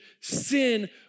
sin